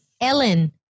Ellen